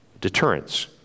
Deterrence